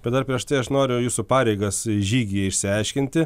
bet dar prieš tai aš noriu jūsų pareigas žygyje išsiaiškinti